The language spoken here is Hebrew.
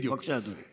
בבקשה, אדוני.